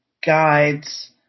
guides